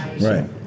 right